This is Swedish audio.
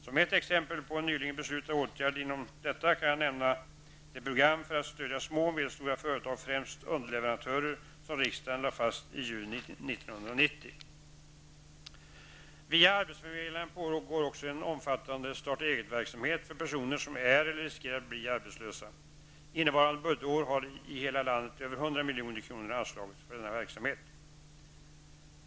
Som ett exempel på en nyligen beslutad åtgärd kan jag nämna det program för att stödja små och medelstora företag, främst underleverantörer, som riksdagen lade fast i juni Via arbetsförmedlingarna pågår också en omfattande starta-eget-verksamhet för personer som är eller riskerar att bli arbetslösa. Innevarande budgetår har i hela landet över 100 milj.kr. anslagits för denna verksamhet.